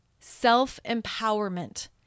Self-empowerment